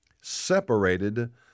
separated